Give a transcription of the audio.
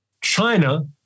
China